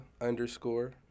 underscore